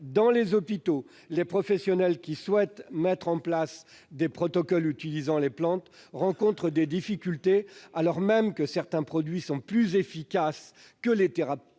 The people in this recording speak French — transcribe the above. ou les hôpitaux, les professionnels qui souhaitent mettre en place des protocoles utilisant les plantes rencontrent des difficultés, alors même que certains produits végétaux sont plus efficaces que les thérapies